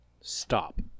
stop